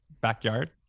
backyard